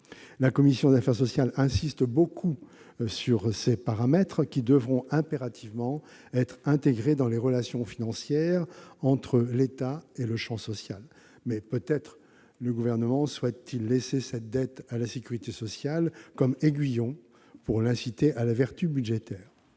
La commission des affaires sociales insiste beaucoup sur ces paramètres, qui devront impérativement être intégrés dans les relations financières entre l'État et le champ social. Peut-être le Gouvernement souhaite-t-il laisser cette dette à la sécurité sociale comme aiguillon pour l'inciter à la vertu budgétaire.